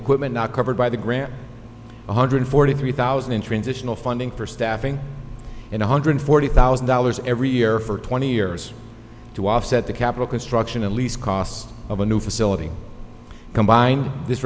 equipment not covered by the grant one hundred forty three thousand in transitional funding for staffing and one hundred forty thousand dollars every year for twenty years to offset the capital construction at least cost of a new facility combined this